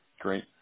Great